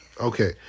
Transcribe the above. Okay